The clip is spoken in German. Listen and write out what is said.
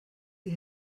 sie